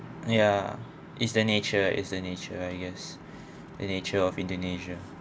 ya is the nature is the nature I guess the nature of indonesia